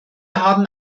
haben